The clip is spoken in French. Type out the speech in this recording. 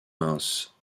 mince